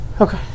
Okay